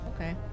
Okay